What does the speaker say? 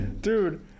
Dude